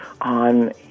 on